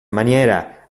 maniera